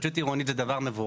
התחדשות עירונית זה דבר מבורך.